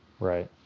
Right